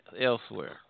elsewhere